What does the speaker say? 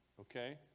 Okay